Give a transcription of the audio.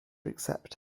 accept